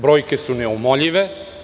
Brojke su neumoljive.